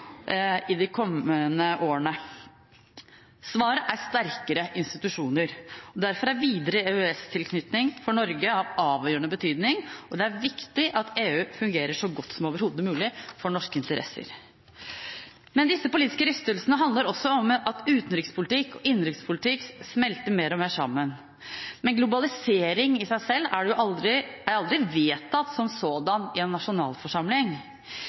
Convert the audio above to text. i de kommende årene. Svaret er sterkere institusjoner. Derfor er videre EØS-tilknytning for Norge av avgjørende betydning, og det er viktig at EU fungerer så godt som overhodet mulig for norske interesser. Men disse politiske rystelsene handler også om at utenrikspolitikk og innenrikspolitikk smelter mer og mer sammen. Globalisering i seg selv er aldri vedtatt som sådan i en nasjonalforsamling,